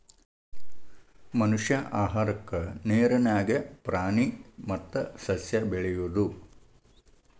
ಮನಷ್ಯಾ ಆಹಾರಕ್ಕಾ ನೇರ ನ್ಯಾಗ ಪ್ರಾಣಿ ಮತ್ತ ಸಸ್ಯಾ ಬೆಳಿಯುದು